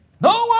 No